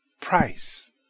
price